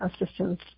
assistance